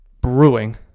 brewing